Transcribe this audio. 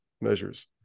measures